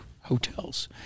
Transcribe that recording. hotels